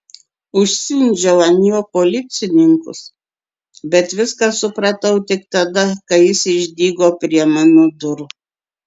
užsiundžiau ant jo policininkus bet viską supratau tik tada kai jis išdygo prie mano durų